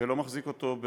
ולא מחזיקים אותו,